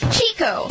Chico